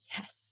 Yes